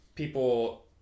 People